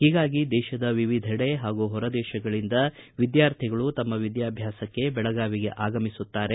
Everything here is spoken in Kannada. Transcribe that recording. ಹೀಗಾಗಿ ದೇಶದ ವಿವಿಧೆಡೆ ಹಾಗೂ ಹೊರ ದೇಶಗಳಿಂದ ವಿದ್ಯಾರ್ಥಿಗಳು ತಮ್ಮ ವಿದ್ಯಾಭ್ಯಾಸಕ್ಕೆ ಬೆಳಗಾವಿಗೆ ಆಗಮಿಸುತ್ತಾರೆ